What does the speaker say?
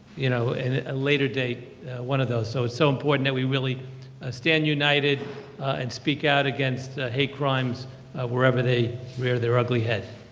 you know a later date one of those. so it's so important that we really ah stand united and speak out against hate crimes wherever they rear their ugly head.